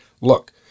look